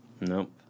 Nope